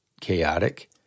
chaotic